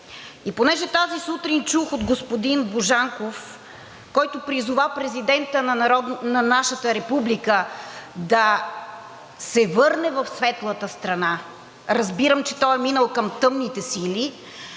И понеже тази сутрин чух от господин Божанков, който призова президента на нашата Република да се върне в светлата страна – разбирам, че той е минал към тъмните сили,